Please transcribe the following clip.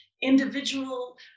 individual